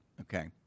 okay